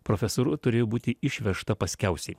profesūra turėjo būti išvežta paskiausiai